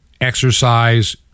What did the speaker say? exercise